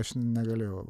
aš negalėjau